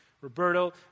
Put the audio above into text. Roberto